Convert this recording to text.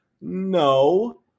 No